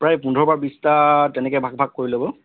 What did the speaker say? প্ৰায় পোন্ধৰৰ পৰা বিছটা তেনেকৈ ভাগ ভাগ কৰি ল'ব